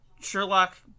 Sherlock